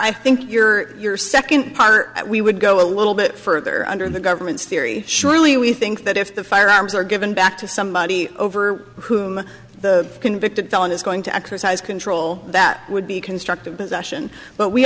i think your your second car we would go a little bit further under the government's theory surely we think that if the firearms are given back to somebody over the convicted felon is going to exercise control that would be constructive possession but we